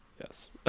yes